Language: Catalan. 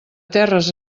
terres